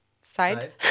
side